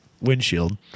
windshield